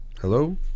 Hello